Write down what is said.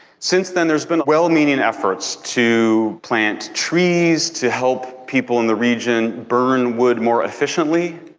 since then, there's been well-meaning efforts to plant trees, to help people in the region burn wood more efficiently,